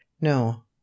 no